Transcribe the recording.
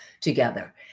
together